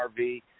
RV